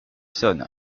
sonne